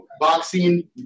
boxing